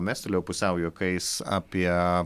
mestelėjau pusiau juokais apie